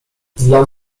dla